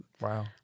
Wow